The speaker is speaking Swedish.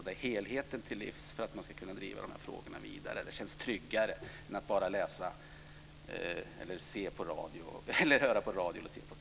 Det är helheten som behövs för att kunna driva frågorna vidare. Det känns tryggare än att bara läsa, höra på radio eller se på TV.